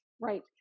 right